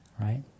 right